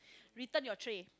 return your tray